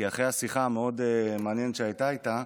כי אחרי השיחה המעניינת מאוד שהייתה איתה,